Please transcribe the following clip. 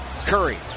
Curry